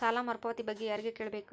ಸಾಲ ಮರುಪಾವತಿ ಬಗ್ಗೆ ಯಾರಿಗೆ ಕೇಳಬೇಕು?